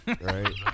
Right